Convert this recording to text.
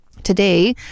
today